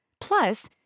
Plus